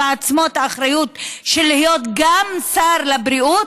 עצמו את האחריות של להיות גם שר לבריאות?